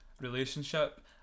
relationship